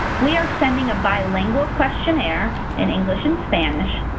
we are sending a bilingual questionnaire in english and spanish,